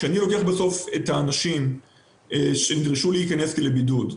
כשאני לוקח את האנשים שנדרשו להיכנס לבידוד,